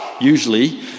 Usually